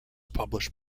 published